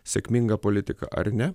sėkminga politika ar ne